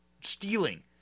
stealing